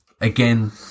Again